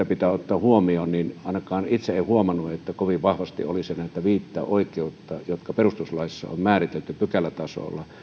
pitää ottaa huomioon ja ainakaan itse en huomannut että kovin vahvasti olisi näitä viittä oikeutta jotka perustuslaissa on määritetty pykälätasolla